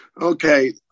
Okay